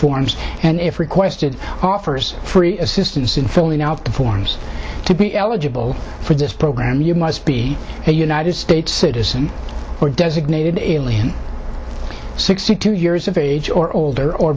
forms and if requested offers free assistance in filling out the forms to be eligible for this program you must be a united states citizen or designated alien sixty two years of age or older or